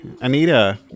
Anita